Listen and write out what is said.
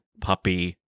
puppy